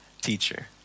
teacher